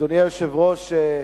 אדוני היושב-ראש,